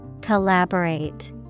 Collaborate